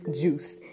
juice